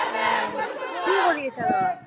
অ' কি কৰি আছা তই